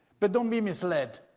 but don't be misled,